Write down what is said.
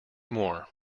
more